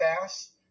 fast